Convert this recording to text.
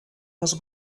was